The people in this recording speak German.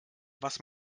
was